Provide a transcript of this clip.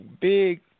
big